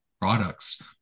products